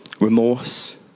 remorse